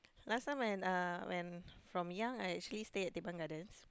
last time when uh when from young I actually stayed at Teban-Gardens